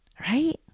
right